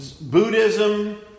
Buddhism